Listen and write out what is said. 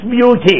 beauty